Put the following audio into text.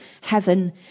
heaven